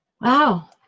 Wow